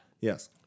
yes